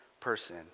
person